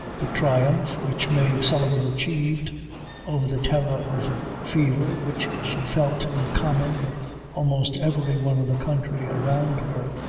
the triumph which mave sullivan achieved over the terror of fever which she felt in common with almost every one in the country around her,